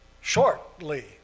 shortly